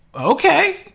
okay